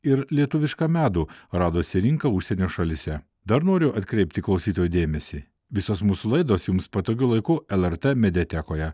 ir lietuvišką medų radosi rinka užsienio šalyse dar noriu atkreipti klausytojų dėmesį visos mūsų laidos jums patogiu laiku lrt mediatekoje